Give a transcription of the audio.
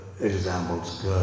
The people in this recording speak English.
examples